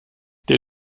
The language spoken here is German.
der